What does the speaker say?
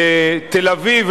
בתל-אביב,